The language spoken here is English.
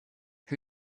who